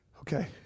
Okay